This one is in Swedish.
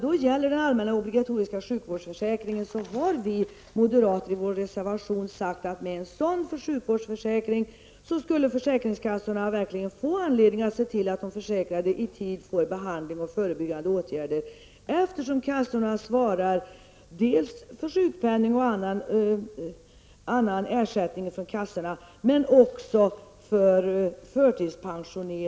Beträffande den allmänna obligatoriska sjukvårdsförsäkringen vill jag säga att vi moderater har skrivit bl.a. i reservationen följande: ''Med en sådan sjukvårdsförsäkring skulle försäkringskassorna få anledning se till att de försäkrade i tid får behandling och förebyggande åtgärder eftersom kassorna också svarar för betalning av sjukvård, sjukpenning och förtidspension.''